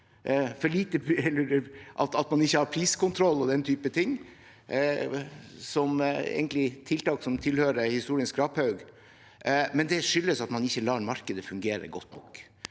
at man ikke har priskontroll og den type ting, som egentlig er tiltak som tilhører historiens skraphaug, det skyldes at man ikke lar markedet fungere godt nok.